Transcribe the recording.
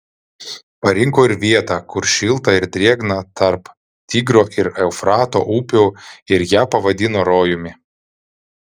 parinko ir vietą kur šilta ir drėgna tarp tigro ir eufrato upių ir ją pavadino rojumi